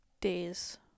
days